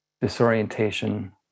disorientation